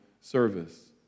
service